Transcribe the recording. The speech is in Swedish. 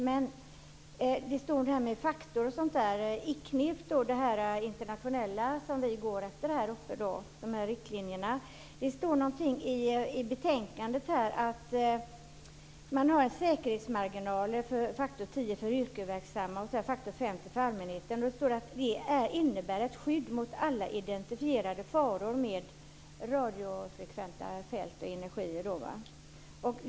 Men i betänkandet står det om de internationella riktlinjer som ICNIRP har tagit fram och som vi går efter. Man har säkerhetsmarginaler mellan faktor 10 Det står att det innebär ett skydd mot alla identifierade faror med radiofrekventa fält och energier.